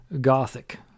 Gothic